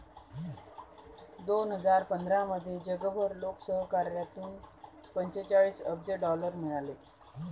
दोन हजार पंधरामध्ये जगभर लोकसहकार्यातून पंचेचाळीस अब्ज डॉलर मिळाले